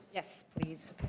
yes, please.